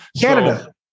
Canada